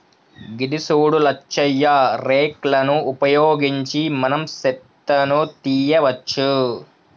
గిది సూడు లచ్చయ్య రేక్ లను ఉపయోగించి మనం సెత్తను తీయవచ్చు